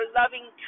loving